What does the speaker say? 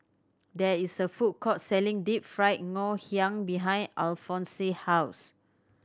there is a food court selling Deep Fried Ngoh Hiang behind Alfonse house